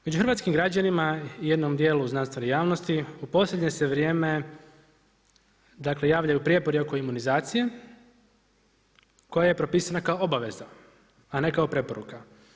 Među hrvatskim građanima, jednom dijelu znanstvene javnosti u posljednje se vrijeme dakle, javljaju prijepori oko imunizacije, koje je propisana kao obaveza, a ne kao preporuka.